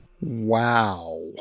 Wow